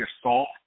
assault